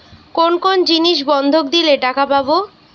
কোন কোন জিনিস বন্ধক দিলে টাকা পাব?